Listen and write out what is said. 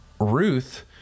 Ruth